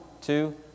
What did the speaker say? two